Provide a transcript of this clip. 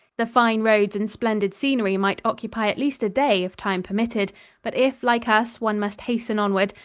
the fine roads and splendid scenery might occupy at least a day if time permitted but if, like us, one must hasten onward,